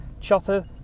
Chopper